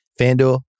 FanDuel